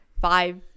five